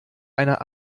einer